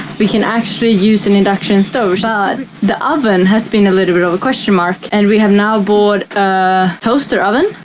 we can actually use an induction stove. but the oven has been a little bit of a question mark, and we have now bought a toaster oven.